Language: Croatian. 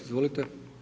Izvolite.